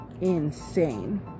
insane